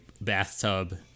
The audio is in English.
bathtub